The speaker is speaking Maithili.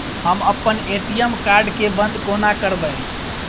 हम अप्पन ए.टी.एम कार्ड केँ बंद कोना करेबै?